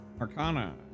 Arcana